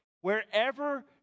wherever